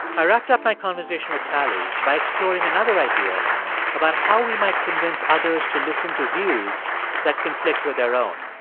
i wrapped up my conversation with tali by exploring another idea about how we might convince others to listen to views that conflict with their own.